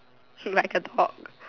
he like to talk